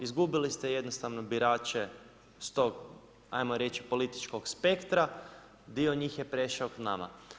Izgubili ste jednostavno birače s tog, ajmo reći političkog spektra, dio njih je prešao k nama.